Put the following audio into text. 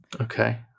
Okay